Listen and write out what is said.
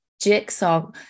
jigsaw